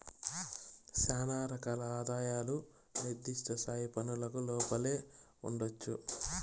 శానా రకాల ఆదాయాలు నిర్దిష్ట స్థాయి పన్నులకు లోపలే ఉండొచ్చు